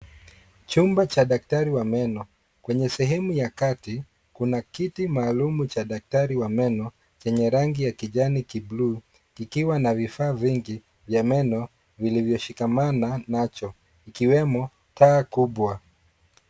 Chumba cha daktari wa meno. Kwenye sehemu ya kati kuna kiti maalum cha daktari wa meno chenye rangi ya kijani kibuluu kikiwa na vifaa vingi ya meno vilivyoshikamana nacho ikiwemo taa kubwa.